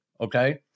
Okay